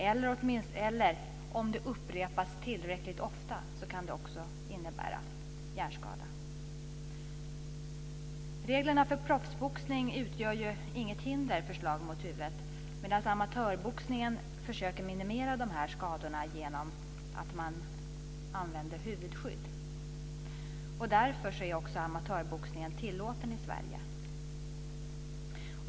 Om knockouten upprepas tillräckligt ofta kan den också innebära hjärnskada. Reglerna för proffsboxning utgör inget hinder för slag mot huvudet, medan man inom amatörboxningen försöker minimera de här skadorna genom användning av huvudskydd. Därför är amatörboxningen tillåten i Sverige.